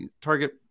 target